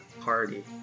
party